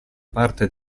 parte